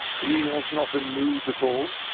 he has not been moved at all?